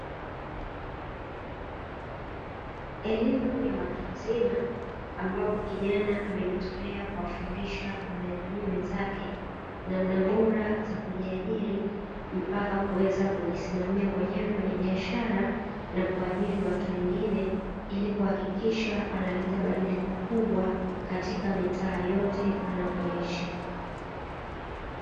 Elimu ya watu wazima, ambapo kijana amejitolea kuwafundisha wanajamii wenzake namna bora za kujiajiri mpaka kuweza kujisimamia mwenyewe kwenye biashara, na kuajiri watu wengine ili kuhakikisha analeta badiliko kubwa katika mitaa yote anakoishi.